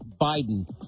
Biden